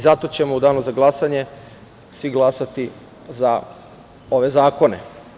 Zato ćemo u danu za glasanje svi glasati za ove zakone.